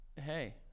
hey